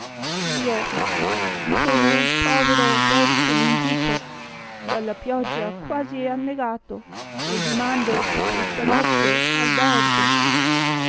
io sono un povero vecchio mendico dalla pioggia quasi annegato e dimando per questa notte albergo